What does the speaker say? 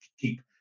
keep